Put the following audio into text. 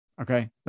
Okay